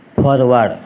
forward